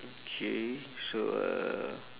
okay so uh